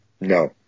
no